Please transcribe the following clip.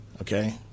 Okay